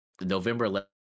November